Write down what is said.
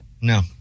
No